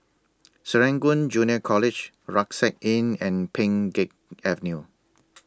Serangoon Junior College Rucksack Inn and Pheng Geck Avenue